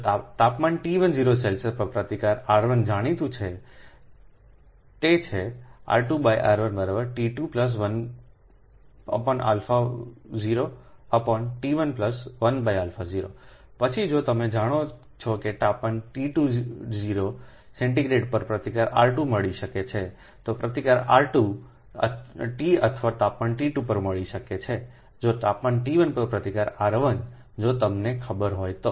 જો તાપમાન T10 Celsius પર પ્રતિકાર R1 જાણીતું છે તે છે R2R1 T2 10T1 10પછી જો તમે જાણો છો કે તાપમાન T20 સેન્ટીગ્રેડ પર પ્રતિકાર R2 મળી શકે છે તો પ્રતિકાર R2 T અથવા તાપમાન T2 પર મળી શકે છે જો તાપમાન T1 પર પ્રતિકાર R1 જો તે તમને ખબર હોય તો